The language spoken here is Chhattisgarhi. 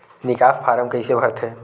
निकास फारम कइसे भरथे?